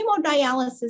hemodialysis